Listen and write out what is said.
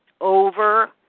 over